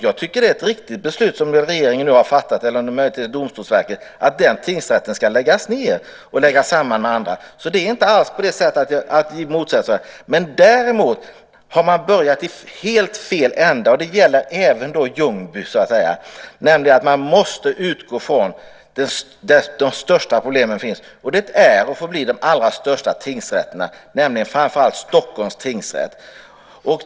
Jag tycker att det är ett riktigt beslut som regeringen - eller om det möjligtvis är Domstolsverket - nu har fattat, nämligen att den tingsrätten ska läggas ned och läggas samman med andra. Det är alltså inte alls på det sättet att jag bara motsätter mig detta. Däremot har man börjat i helt fel ända, och det gäller även Ljungby. Man måste utgå från de ställen där de största problemen finns, och det är och förblir de allra största tingsrätterna, nämligen framför allt Stockholms tingsrätt.